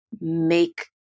make